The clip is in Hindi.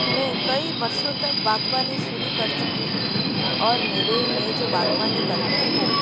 मैं कई वर्षों तक बागबानी शुरू कर चुकी हूँ और मेरे में जो बागवानी करती हूँ